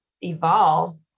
evolve